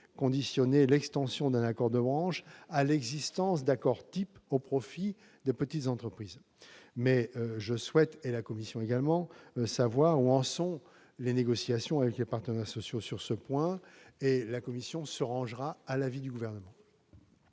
conditionner l'extension d'un accord de branche à l'existence d'accords types au profit des petites entreprises. En tout état de cause, je souhaite savoir où en sont les négociations avec les partenaires sociaux sur ce point. La commission se rangera à l'avis du Gouvernement.